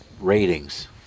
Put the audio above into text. ratings